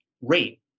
rate